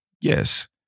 Yes